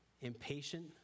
impatient